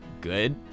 good